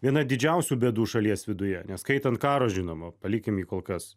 viena didžiausių bėdų šalies viduje neskaitant karo žinoma palikim jį kol kas